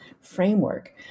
framework